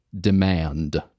demand